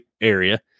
area